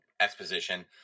exposition